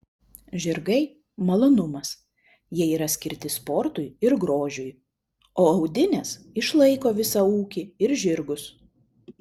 žirgai malonumas jie yra skirti sportui ir grožiui o audinės išlaiko visą ūkį ir žirgus